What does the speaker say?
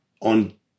on